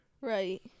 Right